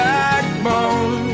backbone